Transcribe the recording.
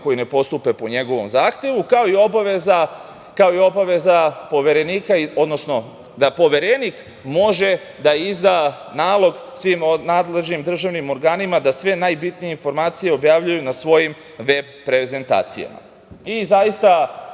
koji ne postupe po njegovom zahtevu, kao i obaveza Poverenika, odnosno da Poverenik može da izda nalog svim nadležnim državnim organima da sve najbitnije informacije obavljaju na svojim veb prezentacijama. Zaista